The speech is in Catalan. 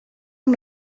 amb